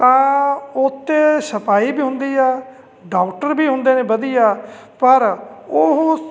ਤਾਂ ਉੱਥੇ ਸਫਾਈ ਵੀ ਹੁੰਦੀ ਆ ਡਾਕਟਰ ਵੀ ਹੁੰਦੇ ਨੇ ਵਧੀਆ ਪਰ ਉਹ